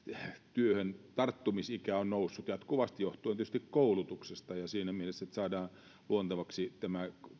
työhön tarttumisen ikä on noussut jatkuvasti johtuen tietysti koulutuksesta ja siinä mielessä jotta saadaan luontevaksi tämä